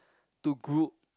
to group